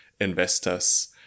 investors